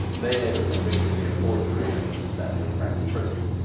they later convicted me of forgery and sent me to french prison.